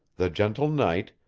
the gentle knight,